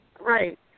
Right